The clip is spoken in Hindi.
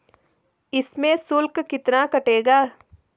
इसमें शुल्क कितना कटेगा?